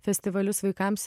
festivalius vaikams